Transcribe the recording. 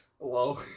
Hello